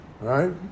right